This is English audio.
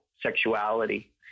sexuality